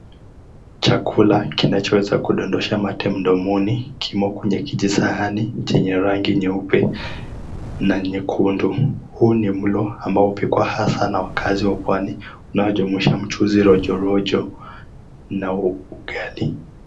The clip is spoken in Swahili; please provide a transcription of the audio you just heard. Chakula kinachoweza kudondosha mate mdomoni kimo kwenye kijisahani chenye rangi nyeupe na nyekundu, huu ni mlo ambao hupikwa hasa na wakaazi wa pwani unaojumuisha mchuzi rojorojo na ugali.